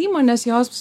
įmonės jos